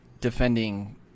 defending